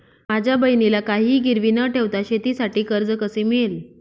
माझ्या बहिणीला काहिही गिरवी न ठेवता शेतीसाठी कर्ज कसे मिळेल?